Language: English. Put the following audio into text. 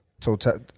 total